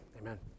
amen